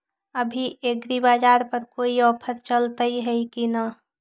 अभी एग्रीबाजार पर कोई ऑफर चलतई हई की न?